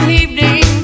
evening